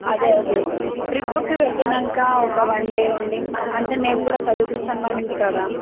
అదే అదే ట్రిప్పుకి వెళ్ళినాక ఒక వన్ డే ఉండి అంటే నేను కూడా చదివిస్తాను మ్యామ్ ఇంటికాడ